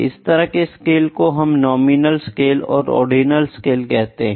इस तरह के स्केल को हम नॉमिनल स्केल और ऑर्डिनल स्केल कहते हैं